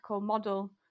model